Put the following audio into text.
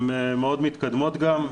כן, הן מאוד מתקדמות גם.